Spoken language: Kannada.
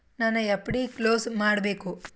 ನನ್ನ ಎಫ್.ಡಿ ಕ್ಲೋಸ್ ಮಾಡಬೇಕು